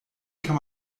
kann